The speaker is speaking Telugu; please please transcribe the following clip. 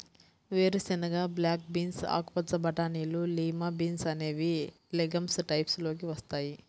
వేరుశెనగ, బ్లాక్ బీన్స్, ఆకుపచ్చ బటానీలు, లిమా బీన్స్ అనేవి లెగమ్స్ టైప్స్ లోకి వస్తాయి